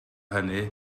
hynny